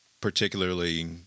particularly